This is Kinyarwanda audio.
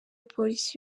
polisi